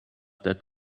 that